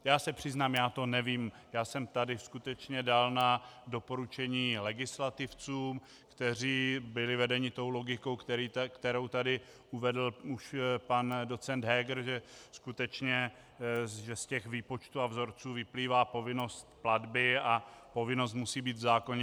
Já se přiznám, já to nevím, já jsem tu skutečně dal na doporučení legislativců, kteří byli vedeni tou logikou, kterou tady uvedl už pan docent Heger, že skutečně z těch výpočtů a vzorců vyplývá povinnost platby a povinnost musí být v zákoně.